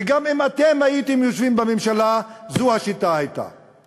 וגם אם אתם הייתם יושבים בממשלה זו הייתה השיטה.